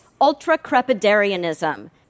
ultra-crepidarianism